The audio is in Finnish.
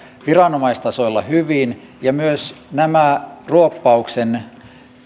viranomaistasoilla hyvin ja myös näitä ruoppauksen